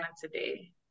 today